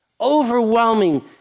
Overwhelming